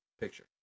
Picture